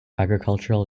agricultural